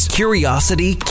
curiosity